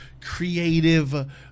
creative